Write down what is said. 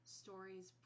stories